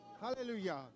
Hallelujah